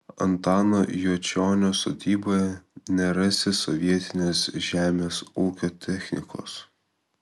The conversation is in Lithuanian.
antano juočionio sodyboje nerasi sovietinės žemės ūkio technikos